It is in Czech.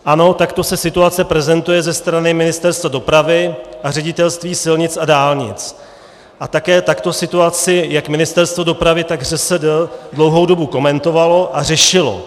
Ano, takto se situace prezentuje ze strany Ministerstva dopravy a Ředitelství silnic a dálnic, a také takto situaci jak Ministerstvo dopravy, tak ŘSD dlouhou dobu komentovalo a řešilo.